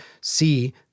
see